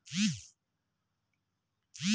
पौधन कुल के पोषन निक से मिली तबे नअ उ के बढ़ीयन सन